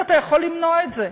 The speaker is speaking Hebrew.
ואתה יכול למנוע את זה,